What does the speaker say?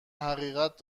حقیقت